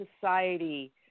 society